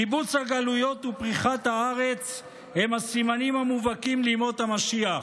קיבוץ הגלויות ופריחת הארץ הם הסימנים המובהקים לימות המשיח.